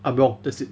I'm wrong that's it